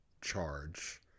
charge